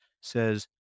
says